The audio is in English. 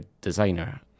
designer